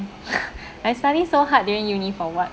I study so hard during uni for what